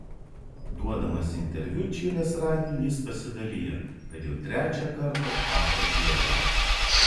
duodamas interviu čilės radijui jis pasidalijo kad jau trečią kartą tapo dėde